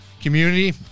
community